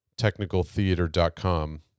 technicaltheater.com